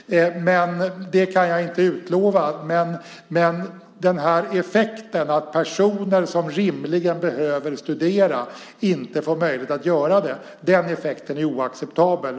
Jag kan inte utlova det. Men effekten att personer som rimligen behöver studera inte får möjlighet att göra det är oacceptabel.